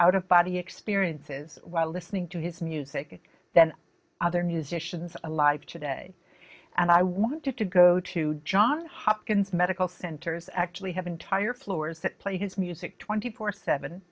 body experiences while listening to his music than other musicians alive today and i wanted to go to john hopkins medical center's actually have entire floors that play his music twenty four seven